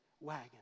wagon